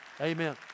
Amen